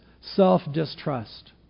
self-distrust